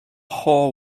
haw